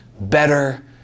better